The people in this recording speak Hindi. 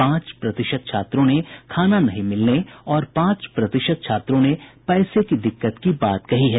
पांच प्रतिशत छात्रों ने खाना नहीं मिलने और पांच प्रतिशत छात्रों ने पैसे की दिक्कत की बात कही है